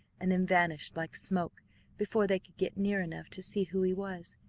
and then vanished like smoke before they could get near enough to see who he was.